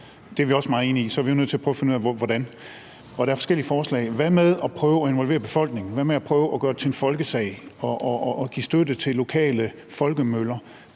det er vi også meget enige i – så er vi jo nødt til at prøve at finde ud af hvordan, og der er forskellige forslag. Hvad med at prøve at involvere befolkningen? Hvad med at prøve at gøre det til en folkesag og give støtte til lokale folkemøller,